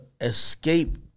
escape